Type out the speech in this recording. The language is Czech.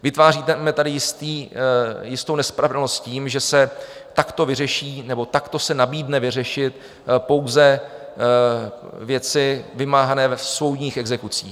Vytváříme tady jistou nespravedlnost tím, že se takto vyřeší, nebo takto se nabídne vyřešit pouze věci vymáhané v soudních exekucích.